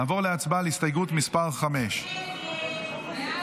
נעבור להצבעה על הסתייגות מס' 5. הסתייגות 5 לא